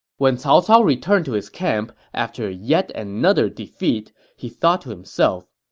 when cao cao returned to his camp after yet another defeat, he thought to himself,